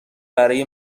برای